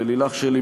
ללילך שלי,